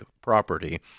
property